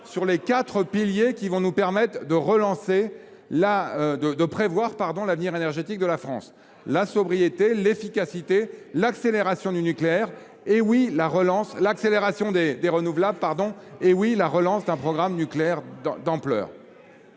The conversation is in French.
les quatre piliers qui nous permettront de relancer l’avenir énergétique de la France : la sobriété, l’efficacité, l’accélération des renouvelables et, oui, la relance d’un programme nucléaire d’ampleur.